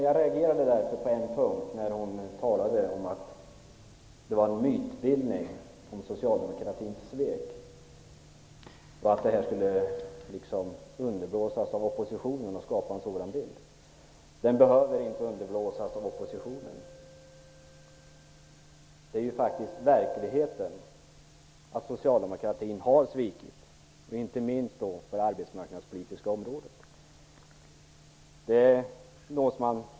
Jag reagerade därför på en punkt, när hon talade om att det var en mytbildning om socialdemokratins svek, att det skulle underblåsas av oppositionen som vill skapa en sådan bild. Den behöver inte underblåsas av oppositionen. Det är faktiskt verkligheten att socialdemokratin har svikit, inte minst på det arbetsmarknadspolitiska området.